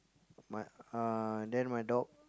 my uh then my dog